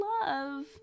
love